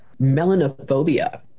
melanophobia